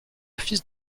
fils